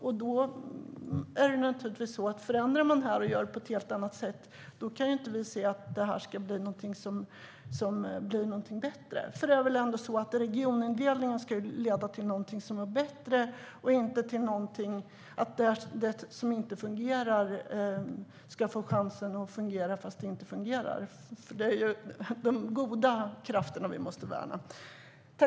Om man nu förändrar det och gör på ett helt annat sätt kan vi inte se det som en förändring till det bättre. För regionindelningen ska väl ändå leda till något som är bättre och inte till något som inte fungerar? Det är ju de goda krafterna vi måste värna.